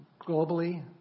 globally